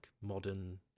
modern